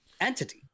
entity